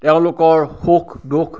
তেওঁলোকৰ সুখ দুখ